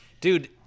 Dude